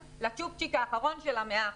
לצ'ופצ'יק האחרון של ה-100 אחוזים.